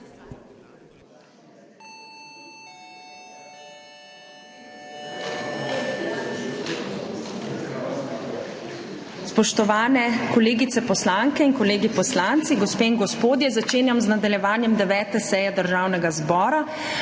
Spoštovani kolegice poslanke in kolegi poslanci, gospe in gospodje! Začenjam z nadaljevanjem 9. seje Državnega zbora.